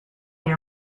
your